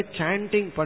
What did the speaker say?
Chanting